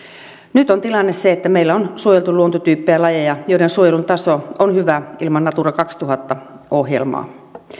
nyt on tilanne se että meillä on suojeltu luontotyyppejä ja lajeja joiden suojelun taso on hyvä ilman natura kaksituhatta ohjelmaa